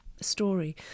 story